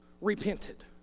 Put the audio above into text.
repented